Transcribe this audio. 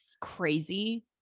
crazy